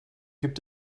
gibt